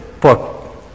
book